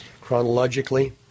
chronologically